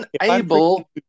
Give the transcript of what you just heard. unable